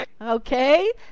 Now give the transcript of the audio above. Okay